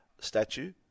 Statue